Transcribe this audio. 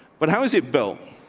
but how is it built?